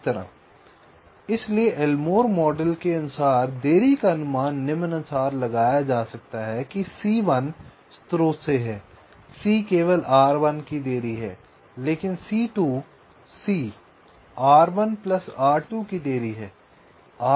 इसलिए Elmore model के अनुसार देरी का अनुमान निम्नानुसार लगाया जा सकता है कि C1 स्रोत से है C केवल R1 की देरी है लेकिन C2 C R1 plus R2 की देरी है